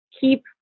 keep